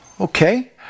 Okay